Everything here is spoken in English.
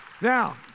Now